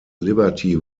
liberty